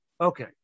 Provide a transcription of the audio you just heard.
Okay